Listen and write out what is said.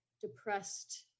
depressed